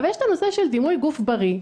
אבל יש את הנושא של דימוי גוף בריא,